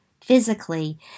physically